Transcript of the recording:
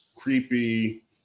Creepy